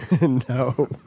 No